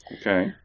Okay